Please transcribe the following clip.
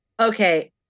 Okay